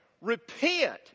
repent